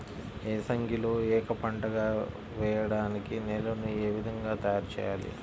ఏసంగిలో ఏక పంటగ వెయడానికి నేలను ఏ విధముగా తయారుచేయాలి?